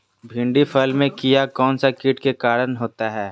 भिंडी फल में किया कौन सा किट के कारण होता है?